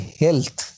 health